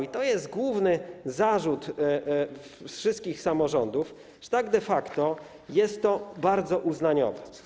I to jest główny zarzut wszystkich samorządów, że de facto jest to bardzo uznaniowe.